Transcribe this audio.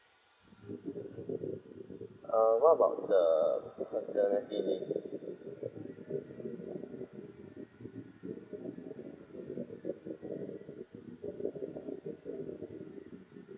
err what about the paternity leave